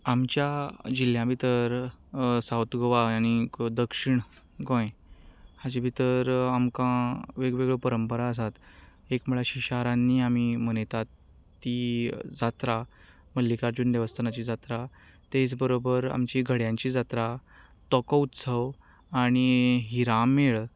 आमच्या जिल्ल्या भितर सावथ गोवा आनीक दक्षीण गोंय हाचें भितर आमकां वेगवेगळ्यो परंपरा आसात एक म्हणल्यार शारांनी आमी मनयतात ती जात्रां मल्लिकार्जुन देवस्थानाची जात्रा तेच बरोबर आमची गड्यांची जात्रा तोको उत्सव आनी हिरामेळ